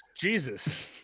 Jesus